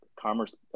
commerce